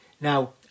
Now